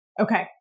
Okay